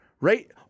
right